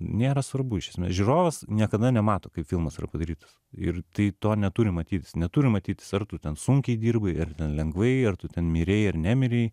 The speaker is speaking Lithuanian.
nėra svarbu iš esmės žiūros niekada nemato kaip filmas yra padarytas ir tai to neturi matytis neturi matytis ar tu ten sunkiai dirbai ar ten lengvai ar tu ten mirei ar nemirei